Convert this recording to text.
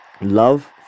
love